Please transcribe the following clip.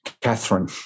Catherine